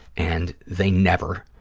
and they never,